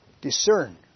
discern